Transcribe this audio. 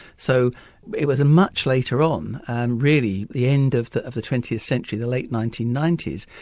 so it was much later on, and really the end of the of the twentieth century, the late nineteen ninety s,